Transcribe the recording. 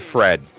Fred